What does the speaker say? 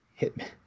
Hitman